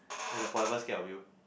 then they forever scared of you